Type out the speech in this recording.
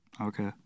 Okay